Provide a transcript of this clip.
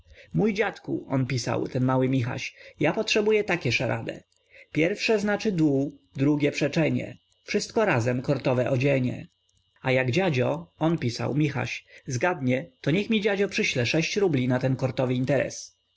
mój dziadku on pisał ten mały michaś ja potrzebuje takie szarade pierwsze znaczy dół drugie przeczenie wszystko razem kortowe odzienie a jak dziadzio on pisał michaś zgadnie to niech mi dziadzio przyszle sześć rubli na ten kortowy interes